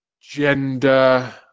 gender